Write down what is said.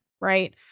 right